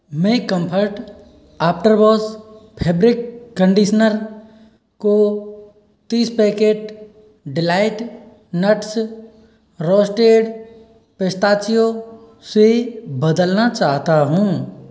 मैं comfort afterwash fabric conditioner को तीस packet delight nuts roasted pistachio से बदलना चाहता हूँ